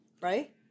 right